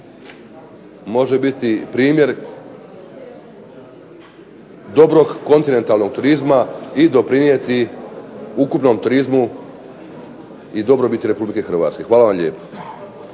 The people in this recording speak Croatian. može biti primjer dobrog kontinentalnog turizma i doprinijeti ukupnom turizmu i dobrobiti Republike Hrvatske. Hvala vam lijepa.